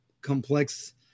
complex